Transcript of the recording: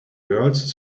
girls